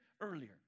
earlier